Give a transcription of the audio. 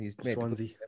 Swansea